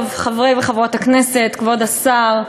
טוב, חברי וחברות הכנסת, כבוד השר,